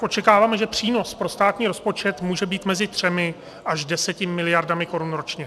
Očekáváme, že přínos pro státní rozpočet může být mezi třemi až deseti miliardami korun ročně.